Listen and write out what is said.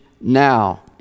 now